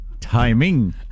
Timing